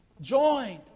joined